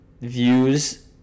views